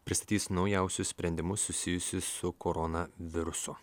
pristatys naujausius sprendimus susijusius su koronavirusu